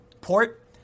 port